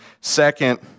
second